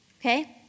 Okay